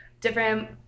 different